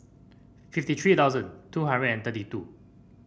fifty three thousand two hundred and thirty two